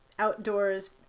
outdoors